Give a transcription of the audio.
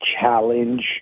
challenge